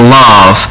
love